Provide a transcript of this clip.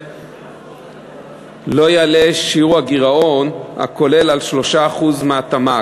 לא יעלה שיעור הגירעון הכולל על 3% מהתמ"ג,